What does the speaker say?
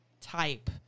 type